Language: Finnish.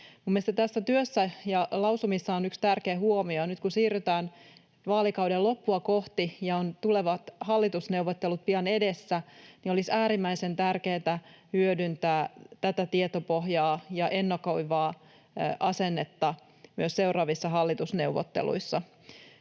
mielestäni tässä työssä ja lausumissa on yksi tärkeä huomio. Nyt, kun siirrytään vaalikauden loppua kohti ja tulevat hallitusneuvottelut ovat pian edessä, olisi äärimmäisen tärkeätä hyödyntää tätä tietopohjaa ja ennakoivaa asennetta myös seuraavissa hallitusneuvotteluissa.